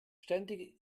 ständig